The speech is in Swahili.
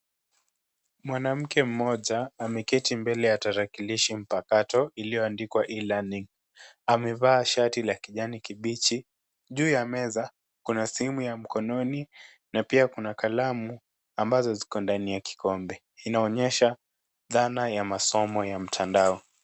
Mwanamke mmoja ameketi mbele ya tarakilishi mpakato iliyoandikwa e-learning .Amevaa shati la kijani kibichi. Juu ya meza kuna simu ya mkononi na pia kuna kalamu ambazo ziko ndani ya kikombe. Inaonyesha dhana ya masomo ya mtandao.